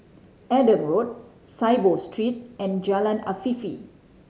Adam Road Saiboo Street and Jalan Afifi